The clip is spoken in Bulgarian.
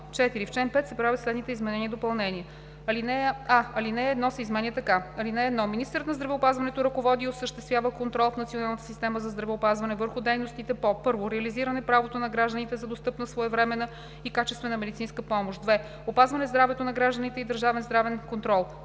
В чл. 5 се правят следните изменения и допълнения: а) ал. 1 се изменя така: „(1) Министърът на здравеопазването ръководи и осъществява контрол в Националната система за здравеопазване върху дейностите по: 1. реализиране правото на гражданите за достъпна, своевременна и качествена медицинска помощ; 2. опазване здравето на гражданите и държавен здравен контрол;